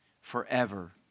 forever